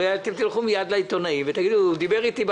הרי אתם תלכו מיד לעיתונאים ותגידו: הוא